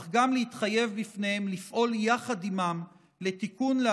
אך גם להתחייב בפניהם לפעול יחד עימם לתיקון,